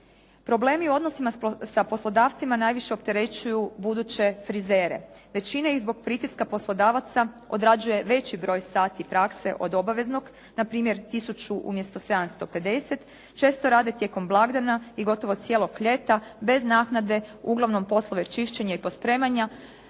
Problemi u odnosima sa poslodavcima najviše opterećuju buduće frizere. Većina ih zbog pritiska poslodavaca odrađuje veći broj sati prakse od obaveznog, na primjer 1000 umjesto 750. Često rade tijekom blagdana i gotovo cijelog ljeta bez naknade uglavnom poslove čišćenja i pospremanja